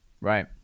Right